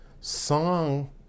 song